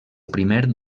primer